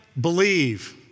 believe